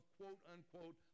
quote-unquote